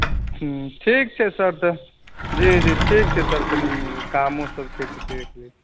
ठीक छै सर तऽ जी जी ठीक छै सर कनि कामोसभ देख लैत छी